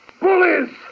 bullies